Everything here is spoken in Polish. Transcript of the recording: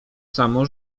samo